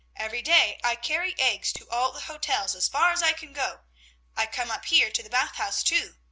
every day i carry eggs to all the hotels, as far as i can go i come up here to the bath house, too.